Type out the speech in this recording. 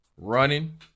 Running